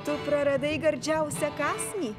tu praradai gardžiausią kąsnį